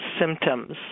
symptoms